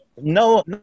no